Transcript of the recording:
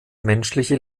menschliche